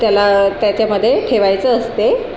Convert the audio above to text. त्याला त्याच्यामध्ये ठेवायचं असते